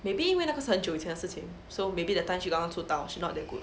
maybe 因为那个是很久前的事情 so maybe that times she 刚刚出道 she not that good